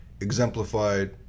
exemplified